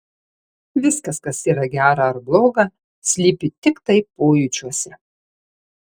viskas kas yra gera ar bloga slypi tiktai pojūčiuose